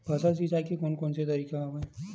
फसल सिंचाई के कोन कोन से तरीका हवय?